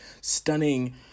stunning